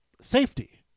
safety